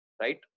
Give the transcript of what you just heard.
right